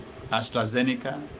AstraZeneca